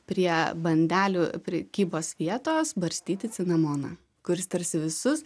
prie bandelių prekybos vietos barstyti cinamoną kuris tarsi visus